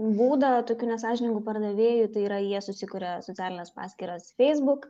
būdą tokių nesąžiningų pardavėjų tai yra jie susikuria socialines paskyras facebook